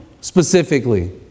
specifically